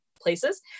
places